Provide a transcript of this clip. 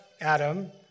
Adam